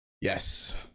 Yes